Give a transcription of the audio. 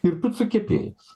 ir picų kepėjas